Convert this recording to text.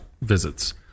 visits